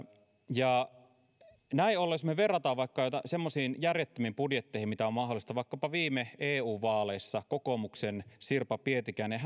näin ollen jos me vertaamme vaikka sellaisiin järjettömiin budjetteihin mitkä ovat mahdollisia vaikkapa viime eu vaaleissa kokoomuksen sirpa pietikäisen